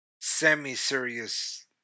semi-serious